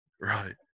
Right